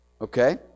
Okay